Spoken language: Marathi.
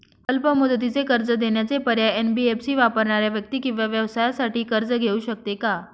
अल्प मुदतीचे कर्ज देण्याचे पर्याय, एन.बी.एफ.सी वापरणाऱ्या व्यक्ती किंवा व्यवसायांसाठी कर्ज घेऊ शकते का?